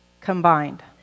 combined